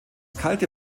kalte